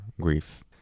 grief